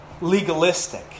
legalistic